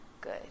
Good